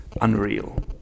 unreal